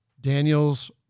Daniel's